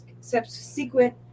subsequent